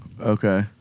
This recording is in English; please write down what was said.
Okay